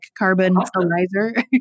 Carbonalizer